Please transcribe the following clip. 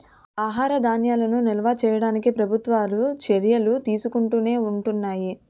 ఆహార ధాన్యాలను నిల్వ చేయడానికి ప్రభుత్వాలు చర్యలు తీసుకుంటునే ఉంటున్నాయి